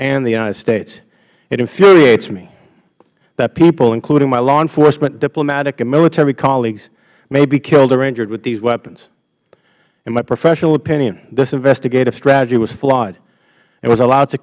and the united states it infuriates me that people including my law enforcement diplomatic and military colleagues may be killed or injured with these weapons in my professional opinion this investigative strategy was flawed it was allowed to